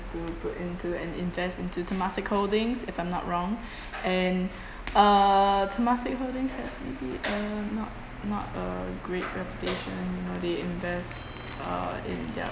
to put into and invest into temasek holdings if I'm not wrong and uh temasek holdings S_P_D uh not not a great reputation you know they invest uh in their